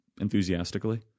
enthusiastically